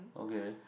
okay